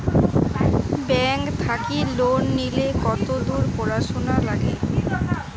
Bank থাকি loan নিলে কতদূর পড়াশুনা নাগে?